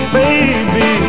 baby